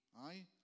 Aye